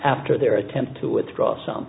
after their attempt to withdraw so